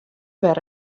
wer